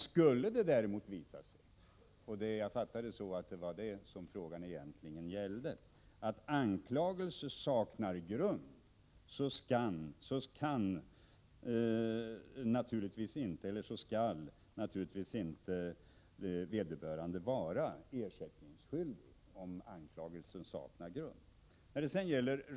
Skulle det däremot visa sig att anklagelsen saknar grund — jag fattade att det var det som frågan egentligen gällde — skall naturligtvis inte vederbörande vara ersättningsskyldig.